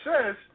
says